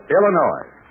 Illinois